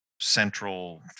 central